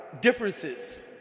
differences